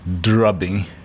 drubbing